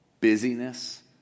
busyness